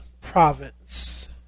province